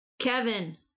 Kevin